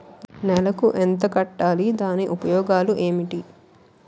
నెలకు ఎంత కట్టాలి? దాని ఉపయోగాలు ఏమిటి?